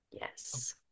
Yes